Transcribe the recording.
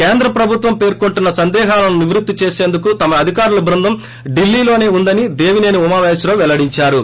కేంద్ర ప్రభుత్వం పేర్కొంటున్న సందేహాలను నివృత్తి చేసేందుకు తమ అధికారుల బృందం ఢిల్లీలోనే ఉందని దేవిసేని ఉమామహేశ్వరరావు పెల్లడించారు